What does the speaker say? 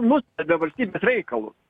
nustelbė valstybės reikalus